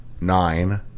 nine